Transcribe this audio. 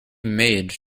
made